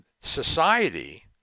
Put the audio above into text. society